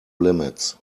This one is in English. limits